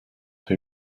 who